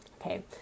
Okay